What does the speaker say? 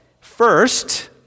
first